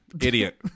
Idiot